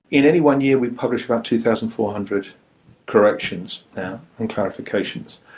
in any one year we publish about two thousand four hundred corrections and clarifications.